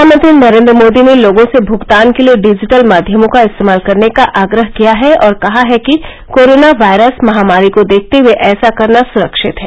प्रधानमंत्री नरेन्द्र मोदी ने लोगों से भुगतान के लिए डिजिटल माध्यमों का इस्तेमाल करने का आग्रह किया है और कहा है कि कोरोना वायरस महामारी को देखते हए ऐसा करना सुरक्षित है